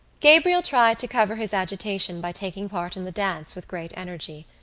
gabriel tried to cover his agitation by taking part in the dance with great energy.